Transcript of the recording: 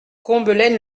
combelaine